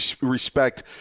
respect